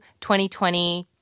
2020